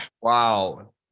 Wow